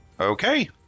Okay